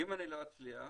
אם לא אצליח,